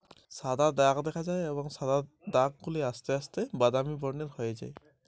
উফরা রোগের উপসর্গগুলি কি কি?